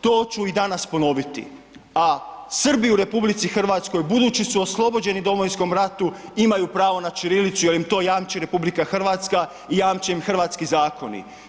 To ću i danas ponoviti, a Srbi u RH budući su oslobođeni u Domovinskom ratu imaju pravo na ćirilicu jer im to jamči RH i jamče im hrvatski zakoni.